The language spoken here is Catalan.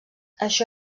això